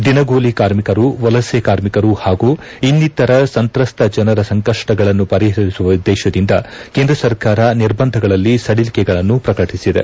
ದಿನಗೂಲಿ ಕಾರ್ಮಿಕರು ವಲಸೆ ಕಾರ್ಮಿಕರು ಹಾಗೂ ಇನ್ನಿತರ ಸಂತ್ರಸ್ತ ಜನರ ಸಂಕಷ್ಟಗಳನ್ನು ಪರಿಹರಿಸುವ ಉದ್ದೇಶದಿಂದ ಕೇಂದ್ರ ಸರ್ಕಾರ ನಿರ್ಬಂಧಗಳಲ್ಲಿ ಸಡಿಲಿಕೆಗಳನ್ನು ಪ್ರಕಟಿಸಿದೆ